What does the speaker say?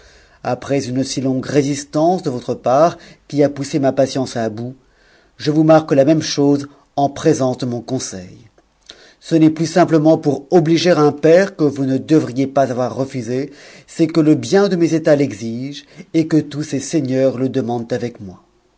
après une si longue res'stance de votre part qui a poussé ma patience à bout je vous marque metuc chose en présence de mon conseil ce n'est plus simplement t r fît pcre que vous ne devriez pas avoir refusé c'est que le bien g ctats l'exige et que tous ces seigneurs le demandent avec moi